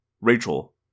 Rachel